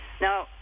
Now